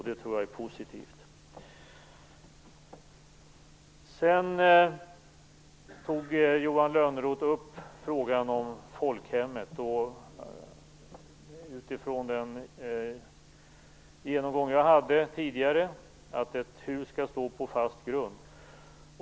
Det tror jag är positivt. Sedan tog Johan Lönnroth upp frågan om folkhemmet utifrån min tidigare genomgång av att ett hus skall stå på fast grund.